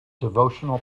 devotional